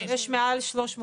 יש מעל 300 -- לא,